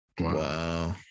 Wow